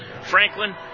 Franklin